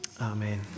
amen